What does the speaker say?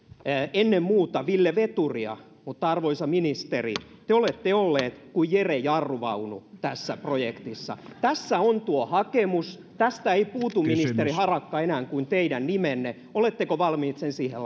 ennen muuta ville veturia mutta arvoisa ministeri te olette ollut kuin jere jarruvaunu tässä projektissa tässä on tuo hakemus tästä ei puutu ministeri harakka enää kuin teidän nimenne oletteko valmis sen siihen